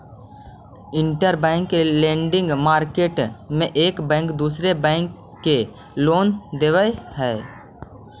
interbank lending market में एक bank दूसरा बैंक के लोन देवऽ हई